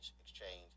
exchange